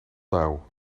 dauw